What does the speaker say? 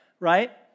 Right